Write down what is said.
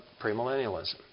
premillennialism